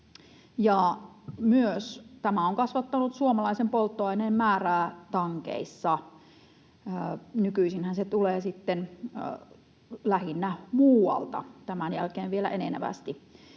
Tämä on myös kasvattanut suomalaisen polttoaineen määrää tankeissa. Nykyisinhän se tulee sitten lähinnä muualta, tämän jälkeen vielä enenevästi.